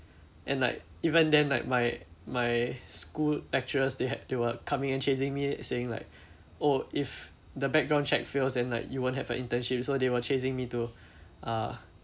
and like even then like my my school lecturers they had they were coming and chasing me saying like oh if the background check fails then like you won't have an internship so they were chasing me to ah